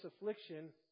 affliction